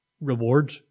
reward